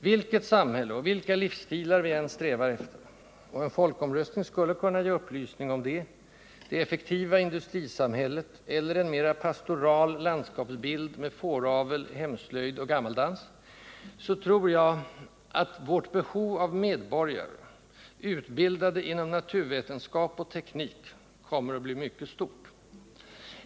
Vilket samhälle och vilka livsstilar vi än strävar efter — och en folkomröstning skulle kunna ge upplysning om det: det effektiva industrisamhället eller en mera pastoral landskapsbild med fåravel, hemslöjd och gammaldans — så tror jag att vårt behov av medborgare, utbildade inom naturvetenskap och teknik, kommer att bli mycket stort.